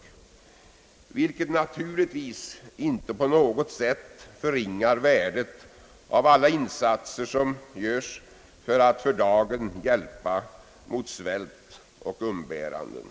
Det förringar naturligtvis inte på något sätt värdet av alla insatser som görs för att för dagen hjälpa mot svält och umbäranden.